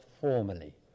formally